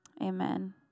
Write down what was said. Amen